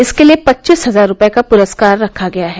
इसके लिए पच्चीस हजार रूपये का पुरस्कार रखा गया है